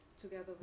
together